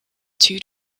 two